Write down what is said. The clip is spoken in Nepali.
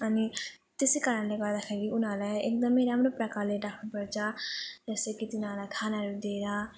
अनि त्यस कारणले गर्दाखेरि उनीहरूलाई एकदम राम्रो प्रकारले राख्नु पर्छ जस्तो कि तिनीहरूलाई खानाहरू दिएर